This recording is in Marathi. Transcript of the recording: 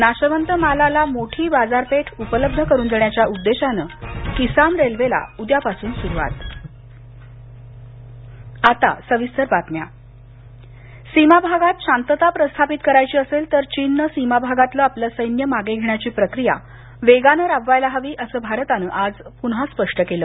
नाशवंत मालाला मोठी बाजारपेठ उपलब्ध करून देण्याच्या उद्देशानं किसान रेल्वेला उद्यापासून सुरुवात सीमा भागात शांतता प्रस्थापित करायची असेल तर चीननं सीमा भागातलं आपल सैन्य मागे घेण्याची प्रक्रिया वेगानं राबवायला हवी असं भारतानं आज पुन्हा स्पष्ट केलं